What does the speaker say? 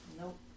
Nope